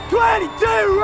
Twenty-two